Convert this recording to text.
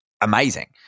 amazing